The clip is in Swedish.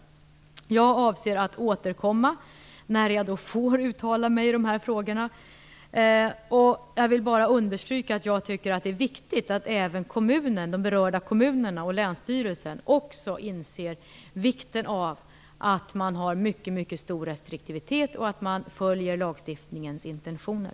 Jag avser att återkomma när jag får uttala mig i de här frågorna. Jag vill bara understryka att jag tycker att det är viktigt att även de berörda kommunerna och länsstyrelsen inser vikten av att man har mycket stor restriktivitet och att man följer lagstiftningens intentioner.